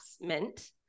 Mint